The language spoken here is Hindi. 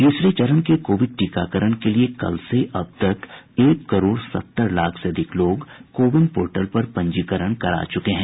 तीसरे चरण के कोविड टीकाकरण के लिए कल से अब तक एक करोड़ सत्तर लाख से अधिक लोग कोविन पोर्टल पर पंजीकरण करा चुके हैं